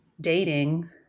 dating